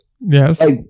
yes